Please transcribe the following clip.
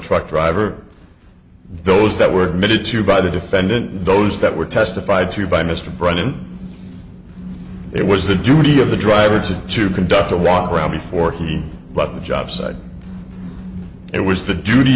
truck driver those that were committed to by the defendant those that were testified to by mr brennan it was the duty of the drivers to conduct a walk around before he left the jobsite it was the duty